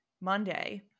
Monday